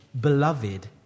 beloved